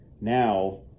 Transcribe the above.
Now